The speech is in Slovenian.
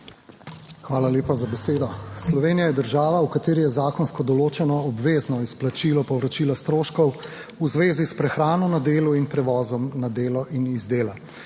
Hvala lepa za besedo. Slovenija je država v kateri je zakonsko določeno obvezno izplačilo povračila stroškov v zvezi s prehrano na delu in prevozom na delo in iz dela.